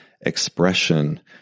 expression